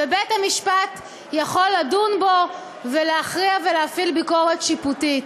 ובית-המשפט יכול לדון בו ולהכריע ולהפעיל ביקורת שיפוטית.